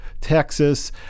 Texas